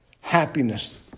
happiness